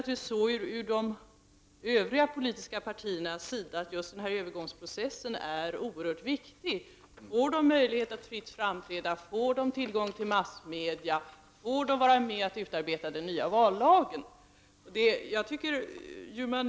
För de Övriga partierna är naturligtvis övergångsprocessen oerhört viktig. Får partierna möjlighet att framträda fritt, får de tillgång till massmedia och får de vara med att utarbeta den nya vallagen?